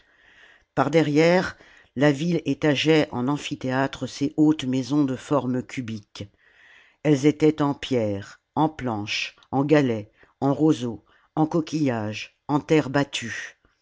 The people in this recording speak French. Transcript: par derrière la ville étageait en amphithéâtre ses hautes malsons de forme cubique elles étalent en pierres en planches en galets en roseaux en coquillages en terre battue